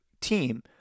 team